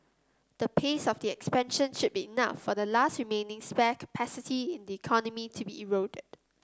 the pace of the expansion should be enough for the last remaining spare capacity in the economy to be eroded